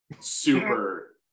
super